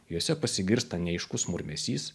juose pasigirsta neaiškus murmesys